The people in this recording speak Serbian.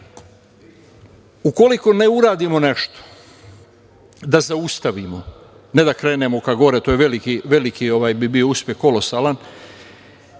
skratim. Ukoliko ne uradimo nešto da zaustavimo, ne da krenemo ka gore, to je veliki, bi bio uspeh kolosalan,